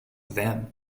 them